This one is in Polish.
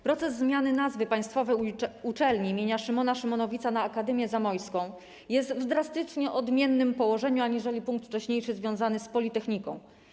Proces zmiany nazwy Państwowej Uczelni im. Szymona Szymonowica na Akademię Zamojską jest w drastycznie odmiennym położeniu aniżeli punkt wcześniejszy związany z politechniką.